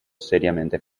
seriamente